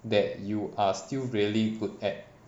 that you are still really good at